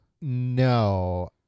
No